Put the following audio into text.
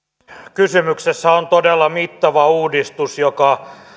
kysymyksessä on todella mittava uudistus joka